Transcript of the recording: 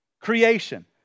creation